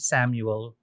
Samuel